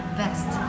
best